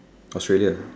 Australia